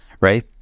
right